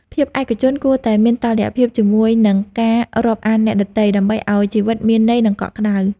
ភាពឯកជនគួរតែមានតុល្យភាពជាមួយនឹងការរាប់អានអ្នកដទៃ ដើម្បីឱ្យជីវិតមានន័យនិងកក់ក្តៅ។